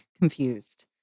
confused